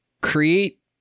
create